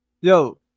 Yo